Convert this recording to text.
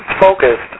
focused